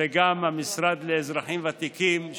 וגם המשרד לאזרחים ותיקים.